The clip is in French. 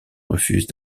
refusent